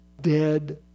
dead